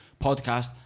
podcast